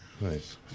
Nice